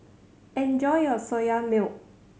enjoy your Soya Milk